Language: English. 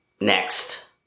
next